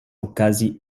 okazi